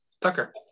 Tucker